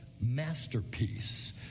masterpiece